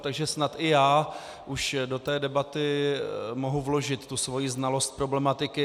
Takže snad i já už do té debaty mohu vložit tu svoji znalost problematiky.